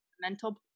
mental